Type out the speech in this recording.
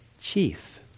chief